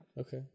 Okay